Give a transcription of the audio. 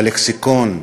בלקסיקון הישראלי,